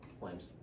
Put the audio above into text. Flames